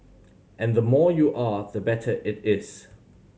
and the more you are the better it is